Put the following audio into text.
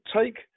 Take